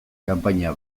kanpaina